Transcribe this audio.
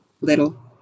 Little